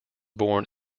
born